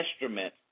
instrument